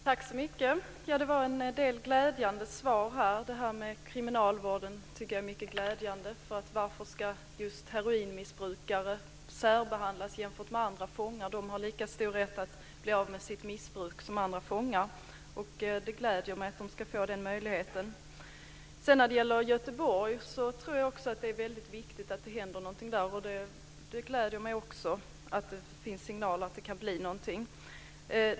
Herr talman! Det var en del glädjande svar. Det här med kriminalvården tycker jag är mycket glädjande. Varför skulle just heroinmissbrukare särbehandlas jämfört med andra fångar? De har lika stor rätt att bli av med sitt missbruk som andra fångar. Det gläder mig att de ska få den möjligheten. När det gäller Göteborg tror jag också att det är väldigt viktigt att det händer någonting där. Det gläder mig att det finns signaler om att det kan bli någonting.